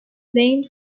playing